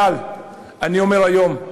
אבל אני אומר היום,